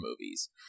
movies